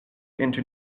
into